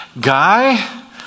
guy